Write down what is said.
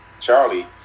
Charlie